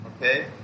okay